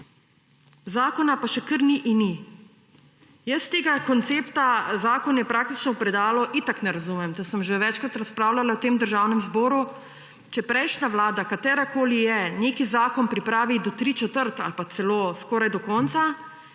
Zakona pa še kar ni in ni. Jaz tega koncepta, zakon je praktično v predalu, itak ne razumem. To sem že večkrat razpravljala v tem državnem zboru. Če prejšnja vlada, katerakoli je, nek zakon pripravi do tri četrt ali pa celo skoraj do konca,